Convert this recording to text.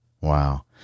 Wow